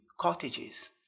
cottages